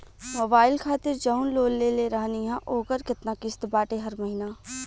Mobile खातिर जाऊन loan लेले रहनी ह ओकर केतना किश्त बाटे हर महिना?